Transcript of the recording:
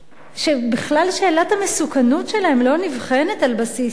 כשבכלל שאלת המסוכנות שלהם לא נבחנת על בסיס אישי.